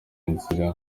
inzira